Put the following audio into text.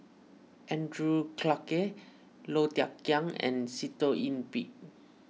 Andrew Clarke Low Thia Khiang and Sitoh Yih Pin